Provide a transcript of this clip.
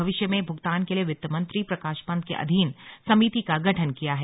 भविष्य में भुगतान के लिए वित्त मंत्री प्रकाश पंत के अधीन समिति का गठन किया है